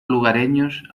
lugareños